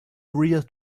real